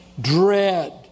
dread